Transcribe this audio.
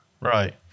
Right